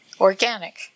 organic